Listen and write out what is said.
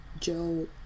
Joe